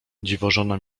dziwożona